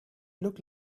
look